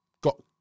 got